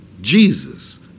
Jesus